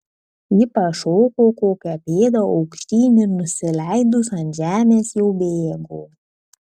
ji pašoko kokią pėdą aukštyn ir nusileidus ant žemės jau bėgo